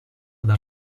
dar